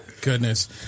Goodness